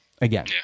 again